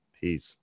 Peace